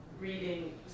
reading